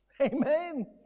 Amen